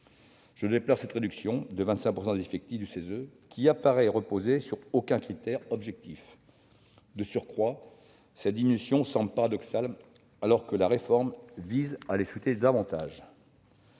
Je déplore cette réduction de 25 % des effectifs du Conseil, qui n'apparaît reposer sur aucun critère objectif. De surcroît, cette diminution semble paradoxale, alors que la réforme vise à les solliciter davantage.